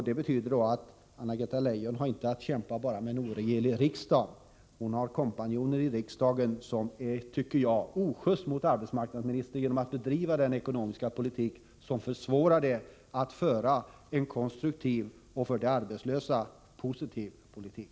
Det betyder således att Anna-Greta Leijon inte bara har att kämpa med en oregerlig riksdag utan också har kompanjoner i regeringen som, enligt min mening, är ojusta mot henne. De bedriver en ekonomisk politik som gör det svårare för henne att föra en för de arbetslösa konstruktiv och positiv politik.